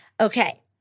Okay